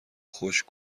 خشک